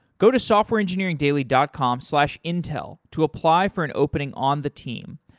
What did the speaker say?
go to softwareengineeringdaily dot com slash intel to apply for an opening on the team.